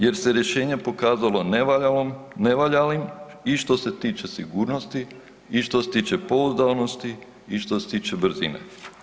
Jer se rješenje pokazalo nevaljalom, nevaljalim i što se tiče sigurnosti i što se tiče pouzdanosti i što se tiče brzine.